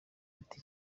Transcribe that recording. ati